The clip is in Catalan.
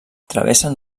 travessen